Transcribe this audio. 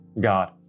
God